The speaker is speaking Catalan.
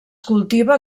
cultiva